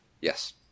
Yes